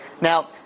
Now